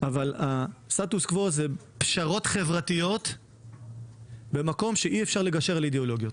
אבל הסטטוס קוו זה פשרות חברתיות במקום שאי-אפשר לגשר על אידיאולוגיות.